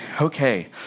Okay